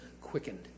quickened